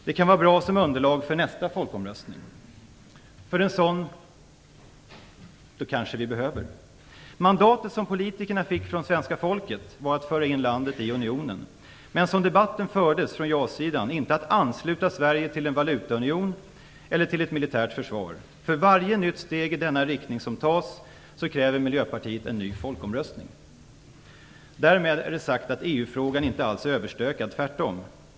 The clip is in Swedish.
Det kan vara bra att ha som underlag inför nästa folkomröstning - en sådan behöver vi kanske. Det mandat som politikerna fick från svenska folket var att föra landet in i unionen, men inte att ansluta Sverige till en valutaunion eller ett militärt försvar; så fördes debatten från ja-sidan. För varje nytt steg i denna riktning som tas kräver Miljöpartiet en ny folkomröstning. Därmed är det sagt att EU frågan inte alls är överstökad, tvärtom.